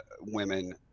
women